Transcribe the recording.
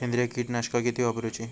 सेंद्रिय कीटकनाशका किती वापरूची?